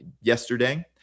yesterday